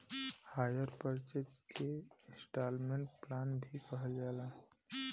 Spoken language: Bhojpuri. हायर परचेस के इन्सटॉलमेंट प्लान भी कहल जाला